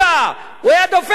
הוא היה דופק על הדוכן,